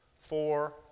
Four